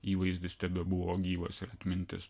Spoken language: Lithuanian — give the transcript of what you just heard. įvaizdis tebebuvo gyvas ir atmintis